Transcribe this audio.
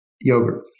yogurt